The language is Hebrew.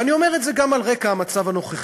אני אומר את זה גם על רקע המצב הנוכחי.